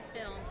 film